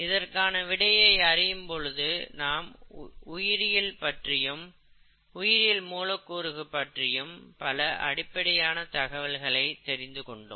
இதற்கான விடையை அறியும் பொழுது நாம் உயிரியல் பற்றியும் உயிரியல் மூலக்கூறுகள் பற்றியும் பல அடிப்படையான தகவல்களை தெரிந்துகொண்டோம்